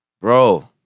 bro